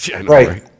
Right